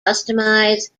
customize